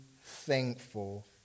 thankful